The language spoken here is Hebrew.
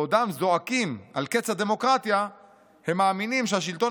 בעודם זועקים על קץ הדמוקרטיה הם מאמינים שהשלטון